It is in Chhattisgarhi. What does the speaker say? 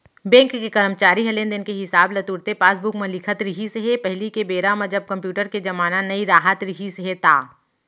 बेंक के करमचारी ह लेन देन के हिसाब ल तुरते पासबूक म लिखत रिहिस हे पहिली बेरा म जब कम्प्यूटर के जमाना नइ राहत रिहिस हे ता